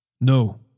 No